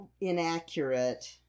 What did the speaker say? inaccurate